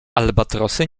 albatrosy